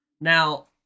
Now